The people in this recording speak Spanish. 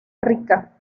rica